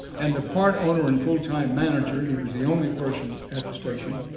and the part-owner and full-time manager, he was the only person at the station,